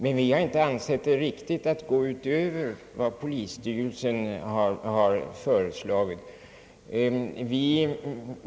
Vi har dock inte ansett det riktigt att gå utöver vad polisstyrelsen har föreslagit.